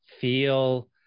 feel